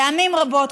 פעמים רבות.